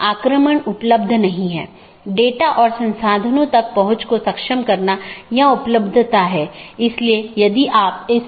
अब ऑटॉनमस सिस्टमों के बीच के लिए हमारे पास EBGP नामक प्रोटोकॉल है या ऑटॉनमस सिस्टमों के अन्दर के लिए हमारे पास IBGP प्रोटोकॉल है अब हम कुछ घटकों को देखें